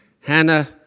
Hannah